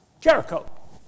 Jericho